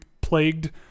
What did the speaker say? plagued